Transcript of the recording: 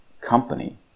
company